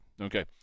okay